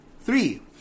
Three